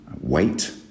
Wait